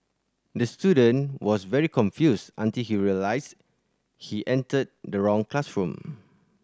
the student was very confused until he realised he entered the wrong classroom